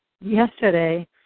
yesterday